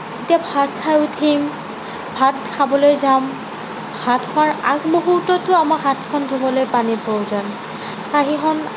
যেতিয়া ভাত খাই উঠিম ভাত খাবলৈ যাম ভাত খোৱাৰ আগমূহুৰ্ততো আমাক হাতখন ধুবলৈ পানীৰ প্ৰয়োজন কাঁহীখন